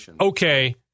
okay